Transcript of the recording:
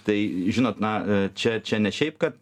tai žinot na čia čia ne šiaip kad